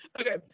Okay